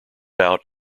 out